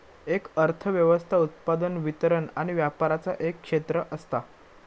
एक अर्थ व्यवस्था उत्पादन, वितरण आणि व्यापराचा एक क्षेत्र असता